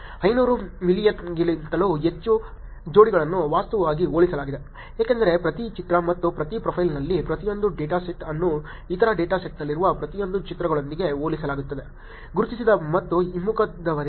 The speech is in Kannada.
500 ಮಿಲಿಯನ್ಗಿಂತಲೂ ಹೆಚ್ಚು ಜೋಡಿಗಳನ್ನು ವಾಸ್ತವವಾಗಿ ಹೋಲಿಸಲಾಗಿದೆ ಏಕೆಂದರೆ ಪ್ರತಿ ಚಿತ್ರ ಮತ್ತು ಪ್ರತಿ ಪ್ರೊಫೈಲ್ನಲ್ಲಿ ಪ್ರತಿಯೊಂದು ಡೇಟಾ ಸೆಟ್ ಅನ್ನು ಇತರ ಡೇಟಾ ಸೆಟ್ನಲ್ಲಿರುವ ಪ್ರತಿಯೊಂದು ಚಿತ್ರಗಳೊಂದಿಗೆ ಹೋಲಿಸಲಾಗುತ್ತದೆ ಗುರುತಿಸದ ಮತ್ತು ಹಿಮ್ಮುಖದವರೆಗೆ